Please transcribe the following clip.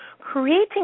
Creating